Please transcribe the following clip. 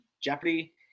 jeopardy